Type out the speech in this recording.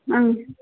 ಹಾಂ